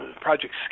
project